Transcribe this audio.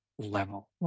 level